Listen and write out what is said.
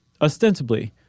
ostensibly